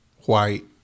white